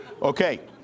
Okay